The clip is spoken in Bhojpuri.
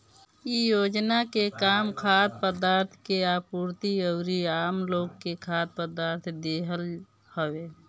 इ योजना के काम खाद्य पदार्थ के आपूर्ति अउरी आमलोग के खाद्य पदार्थ देहल हवे